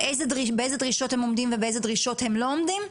באיזה דרישות הם עומדים ובאיזה דרישות הם לא עומדים?